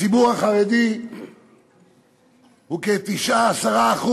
הציבור החרדי הוא 10%-9%,